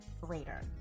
greater